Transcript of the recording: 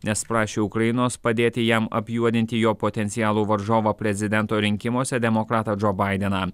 nes prašė ukrainos padėti jam apjuodinti jo potencialų varžovą prezidento rinkimuose demokratą džo baideną